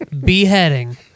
beheading